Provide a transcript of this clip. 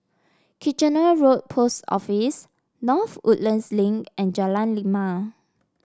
Kitchener Road Post Office North Woodlands Link and Jalan Lima